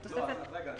רגע,